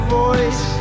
voice